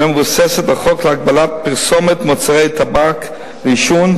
והיא מבוססת על חוק להגבלת פרסומת למוצרי טבק לעישון,